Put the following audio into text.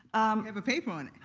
have a paper on it.